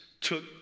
took